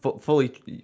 fully